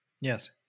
Yes